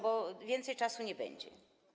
Bo więcej czasu nie będzie.